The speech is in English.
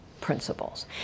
principles